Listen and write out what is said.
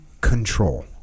control